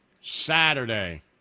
Saturday